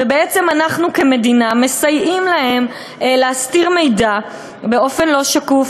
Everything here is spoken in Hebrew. ובעצם אנחנו כמדינה מסייעים להם להסתיר מידע באופן לא שקוף